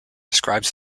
describes